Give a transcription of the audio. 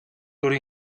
loro